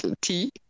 tea